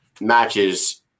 matches